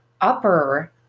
upper